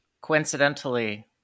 Coincidentally